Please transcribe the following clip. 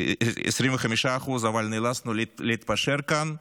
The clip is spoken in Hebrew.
25%, אבל נאלצנו להתפשר כאן,